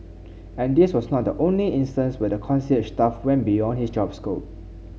and this was not the only instance where the concierge staff went beyond his job scope